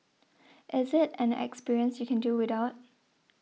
is it an experience you can do without